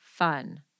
Fun